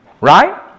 right